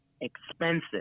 expensive